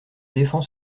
défend